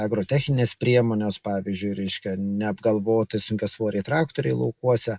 agrotechnines priemones pavyzdžiui reiškia neapgalvotai sunkiasvoriai traktoriai laukuose